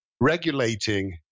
regulating